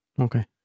Okay